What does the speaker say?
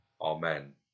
Amen